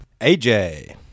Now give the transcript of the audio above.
AJ